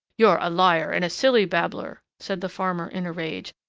you're a liar and a silly babbler! said the farmer in a rage,